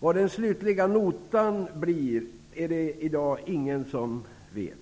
Hur mycket den slutliga notan kommer att uppgå till är det i dag ingen som vet.